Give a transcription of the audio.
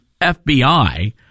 FBI